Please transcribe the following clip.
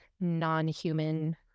non-human